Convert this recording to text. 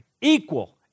equal